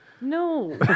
no